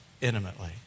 intimately